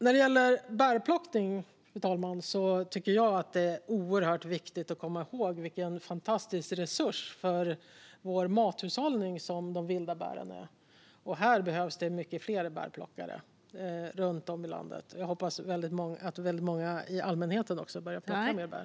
När det gäller bärplockning, fru talman, tycker jag att det är oerhört viktigt att komma ihåg vilken fantastisk resurs för vår mathushållning som de vilda bären är. Det behövs många fler bärplockare runt om i landet. Jag hoppas att väldigt många i allmänheten börjar plocka mer bär.